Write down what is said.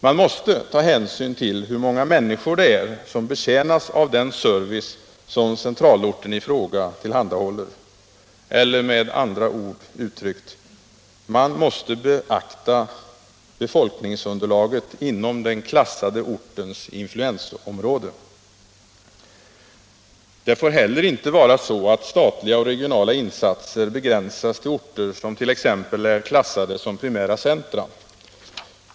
Man måste ta hänsyn till hur många människor som betjänas av den service som centralorten i fråga tillhandahåller, eller uttryckt med andra ord: Man måste beakta befolkningsunderlaget inom den klassade ortens influensområde. Det får inte heller vara så att statliga och regionala insatser begränsas till orter som t.ex. är klassade som primära centra.